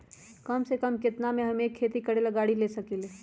कम से कम केतना में हम एक खेती करेला गाड़ी ले सकींले?